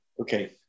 Okay